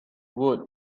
would